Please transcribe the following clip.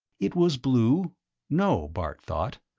it was blue no, bart thought,